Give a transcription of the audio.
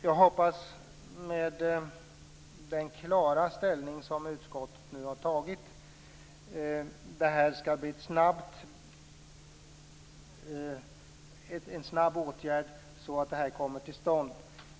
Jag hoppas att det, med den klara ställning som utskottet nu har tagit, skall bli en snabb åtgärd för att få till stånd en promillegräns.